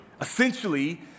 Essentially